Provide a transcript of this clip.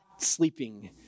sleeping